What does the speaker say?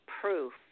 proof